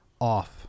off